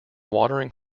watering